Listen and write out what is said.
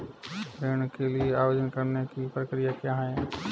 ऋण के लिए आवेदन करने की प्रक्रिया क्या है?